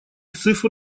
цифр